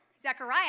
Zechariah